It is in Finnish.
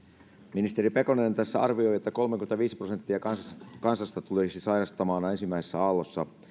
ministeri pekonen tässä arvioi että kolmekymmentäviisi prosenttia kansasta tulisi sairastumaan ensimmäisessä aallossa